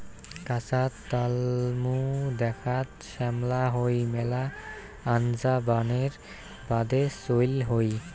কাঁচা তলমু দ্যাখ্যাত শ্যামলা হই মেলা আনজা বানের বাদে চইল হই